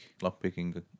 lockpicking